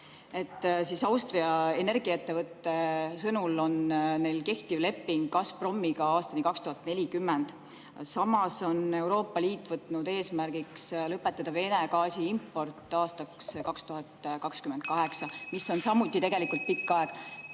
Austria energiaettevõtte sõnul on neil kehtiv leping Gazpromiga aastani 2040. Samas on Euroopa Liit võtnud eesmärgiks lõpetada Vene gaasi import aastaks 2028. Seegi on tegelikult pikk aeg.